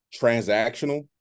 transactional